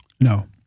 No